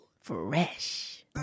Fresh